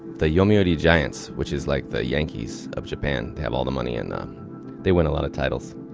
the yomiuri giants, which is like the yankees of japan. they have all the money and they win a lot of titles.